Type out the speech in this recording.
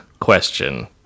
question